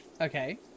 Okay